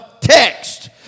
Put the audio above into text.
text